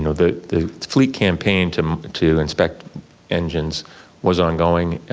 you know the the fleet campaign to to inspect engines was ongoing,